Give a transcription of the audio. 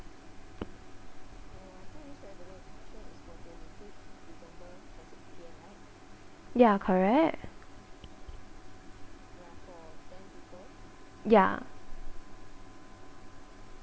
ya correct ya